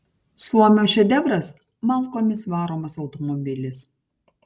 suomio šedevras malkomis varomas automobilis